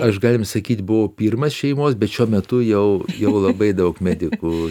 aš galim sakyt buvo pirmas iš šeimos bet šiuo metu jau jau labai daug medikų